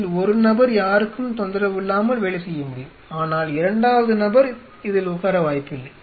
இதில் ஒரு நபர் யாருக்கும் தொந்தரவு இல்லாமல் வேலை செய்ய முடியும் ஆனால் இரண்டாவது நபர் இதில் உட்கார வாய்ப்பில்லை